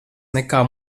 nekā